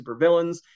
supervillains